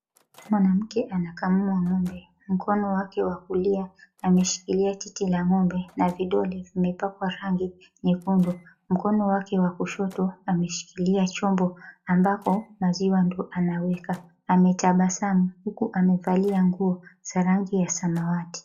Mwanamke anakamua ng'ombe mkono wake wa kulia ameshikilia titi la ng'ombe na vidole vimepakwa rangi nyekundu. Mkono wake wa kushoto ameshikilia chombo ambako maziwa ndo anaweka ametabasamu huku amevalia nguo za rangi ya samawati.